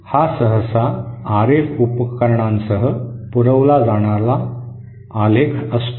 हा सहसा आरएफ उपकरणांसह पुरविला जाणारा आलेख असतो